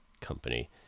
company